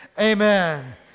amen